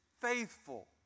faithful